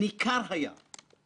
כולל בכנסת הזו,